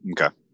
okay